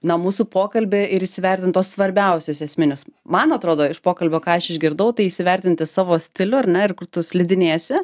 na mūsų pokalbį ir įsivertint tuos svarbiausius esminius man atrodo iš pokalbio ką aš išgirdau tą įsivertinti savo stilių ar ne ir kur tu slidinėsite